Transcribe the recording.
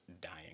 dying